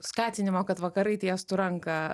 skatinimo kad vakarai tiestų ranką